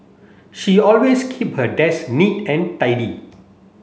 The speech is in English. she always keep her desk neat and tidy